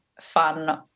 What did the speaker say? fun